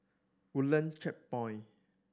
Woodlands Checkpoint